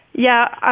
yeah,